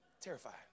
Terrified